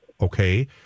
okay